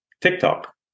TikTok